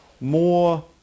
more